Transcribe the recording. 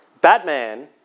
Batman